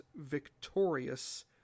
victorious